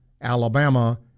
Alabama